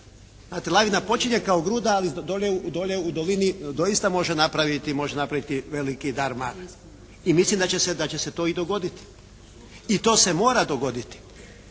Znate, lavina počinje kao gruda, ali dolje u dolini doista može napraviti veliki dar mar i mislim da će se to i dogoditi. I to se mora dogoditi,